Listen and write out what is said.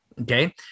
okay